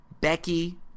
Becky